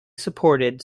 supported